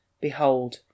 Behold